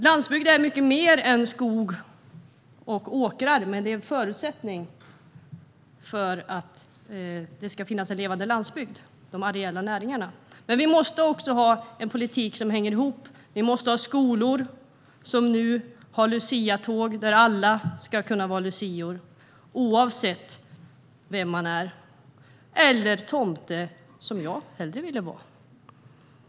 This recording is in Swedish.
Landsbygd är så mycket mer än bara skog och åkrar, men de areella näringarna är en förutsättning för att det ska finnas en levande landsbygd. Men vi måste också ha en politik som hänger ihop. Vi måste ha skolor, som nu har luciatåg, där alla ska kunna vara lucia, oavsett vem man är - eller tomte, som jag hellre ville vara.